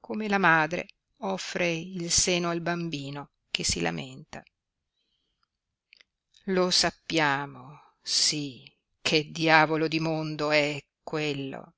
come la madre offre il seno al bambino che si lamenta lo sappiamo sí che diavolo di mondo è quello